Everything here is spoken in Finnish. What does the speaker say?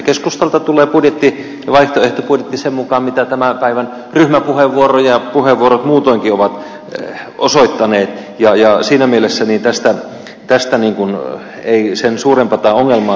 keskustalta tulee vaihtoehtobudjetti sen mukaan mitä tämän päivän ryhmäpuheenvuoro ja puheenvuorot muutoinkin ovat osoittaneet ja siinä mielessä tästä ei sen suurempaa ongelmaa tule